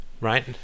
Right